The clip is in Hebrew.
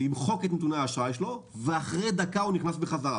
למחוק את נתוני האשראי שלו ואחרי דקה הוא נכנס בחזרה